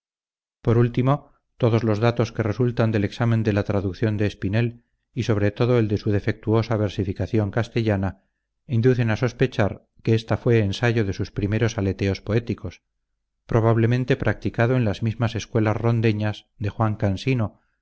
por último todos los datos que resultan del examen de la traduccion de espinel y sobre todo el de su defectuosa versificación castellana inducen a sospechar que esta fue ensayo de sus primeros aleteos poéticos probablemente practicado en las mismas escuelas rondeñas de juan cansino